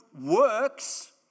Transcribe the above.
works